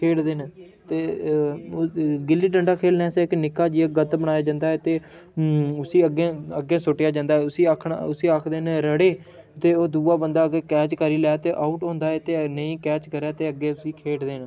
खेढदे न ते गुल्ली डंडा खेह्लने आस्तै इक निक्का जेहा गत्त बनाया जंदा ऐ ते उसी अग्गें अग्गें सुट्टेआ जंदा ऐ उसी आखदे उसी आखदे न रड़े ते ओह् दुआ बंदा अगर कैच करी लै ते आऊट होंदा ऐ ते अगर नेईं कैच करै ते अग्गें फ्ही खेढ़दे न